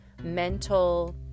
mental